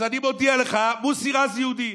אז אני מודיע לך, מוסי רז יהודי,